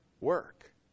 work